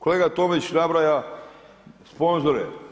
Kolega Tomić nabraja sponzore.